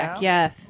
Yes